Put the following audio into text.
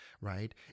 right